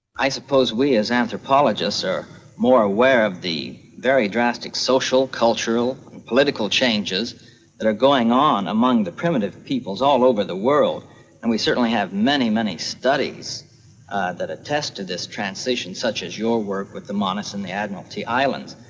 i suppose we as anthropologists are more aware of the very drastic social, cultural and political changes that are going on among the primitive peoples all over the world and we certainly have many, many studies that attest to this transition such as your work with the manus in the admiralty islands.